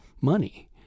money